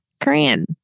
Korean